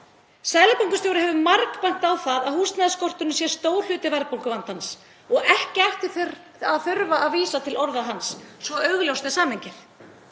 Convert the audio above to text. Seðlabankastjóri hefur margbent á það að húsnæðisskorturinn sé stór hluti verðbólguvandans. Og ekki ætti að þurfa að vísa til orða hans, svo augljóst er samhengið.